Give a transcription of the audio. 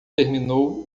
terminou